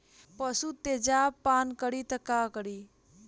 पशु तेजाब पान करी त का करी?